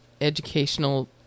educational